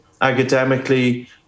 Academically